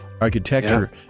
architecture